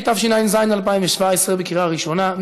התשע"ז 2017, בקריאה ראשונה.